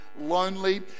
lonely